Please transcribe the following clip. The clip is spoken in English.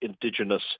Indigenous